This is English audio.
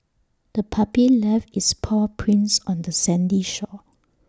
the puppy left its paw prints on the sandy shore